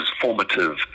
formative